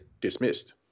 dismissed